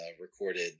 recorded